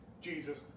Jesus